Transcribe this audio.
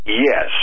Yes